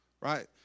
Right